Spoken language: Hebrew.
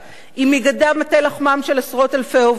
אם ייגדע מטה לחמם של עשרות אלפי עובדים.